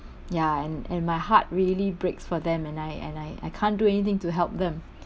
ya and and my heart really breaks for them and I and I I can't do anything to help them